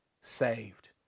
saved